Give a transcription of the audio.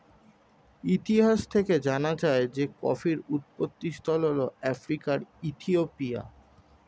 ইতিহাস থেকে জানা যায় যে কফির উৎপত্তিস্থল হল আফ্রিকার ইথিওপিয়া